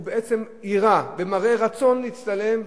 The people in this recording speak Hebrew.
הוא בעצם הראה רצון להצטלם,